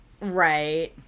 right